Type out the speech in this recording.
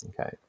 Okay